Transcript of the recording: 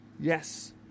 Yes